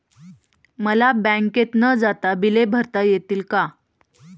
मला बँकेत न जाता बिले भरता येतील का?